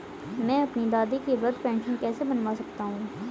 मैं अपनी दादी की वृद्ध पेंशन कैसे बनवा सकता हूँ?